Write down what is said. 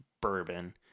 bourbon